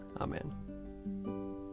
Amen